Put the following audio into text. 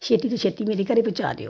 ਛੇਤੀ ਤੋਂ ਛੇਤੀ ਮੇਰੇ ਘਰ ਪਹੁੰਚਾ ਦਿਓ